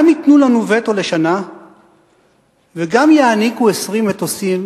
גם ייתנו לנו וטו לשנה וגם יעניקו 20 מטוסים,